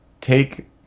take